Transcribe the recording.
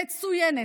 מצוינת,